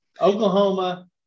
Oklahoma